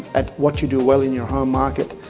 at what you do well in your home market,